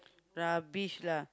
rubbish lah